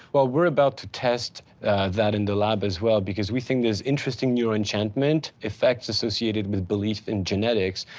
well, we're about to test that in the lab as well, because we think there's interesting neuro enchantment effects associated with belief in genetics.